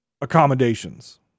accommodations